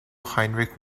heinrich